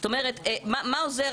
זאת אומרת מה עוזר?